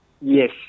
Yes